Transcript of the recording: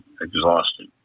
exhausted